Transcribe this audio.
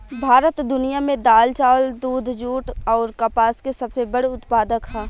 भारत दुनिया में दाल चावल दूध जूट आउर कपास के सबसे बड़ उत्पादक ह